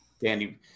Danny